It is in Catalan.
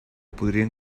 podrien